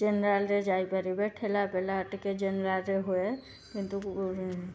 ଜେନେରାଲରେ ଯାଇପାରିବେ ଠେଲାପେଲା ଟିକେ ଜେନେରାଲରେ ହୁଏ କିନ୍ତୁ